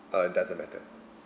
uh it doesn't matter